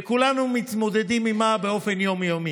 וכולנו מתמודדים עימה באופן יום-יומי,